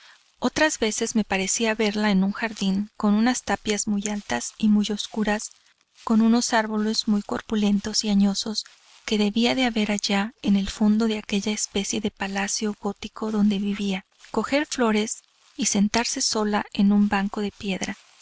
otras veces me parecía verla en un jardín con unas tapias muy altas y muy oscuras con unos árboles muy corpulentos y añosos que debía de haber allá en el fondo de aquella especie de palacio gótico donde vivía coger flores y sentarse sola en un banco de piedra